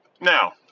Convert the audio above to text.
Now